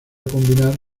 combinar